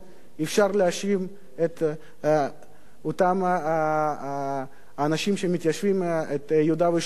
אפשר להאשים את אותם האנשים שמתיישבים ביהודה ושומרון,